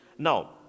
Now